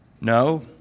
No